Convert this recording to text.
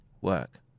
work